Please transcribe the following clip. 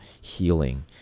healing